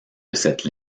cette